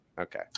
okay